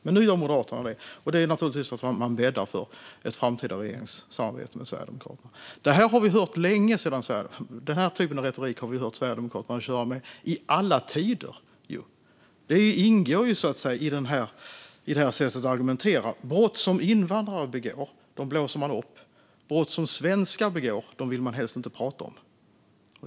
Men nu gör Moderaterna det, och det är naturligtvis för att man bäddar för ett framtida regeringssamarbete med Sverigedemokraterna. Den här typen av retorik har vi hört Sverigedemokraterna köra med i alla tider. Det ingår så att säga i det här sättet att argumentera. Brott som invandrare begår blåser man upp. Brott som svenskar begår vill man helst inte prata om.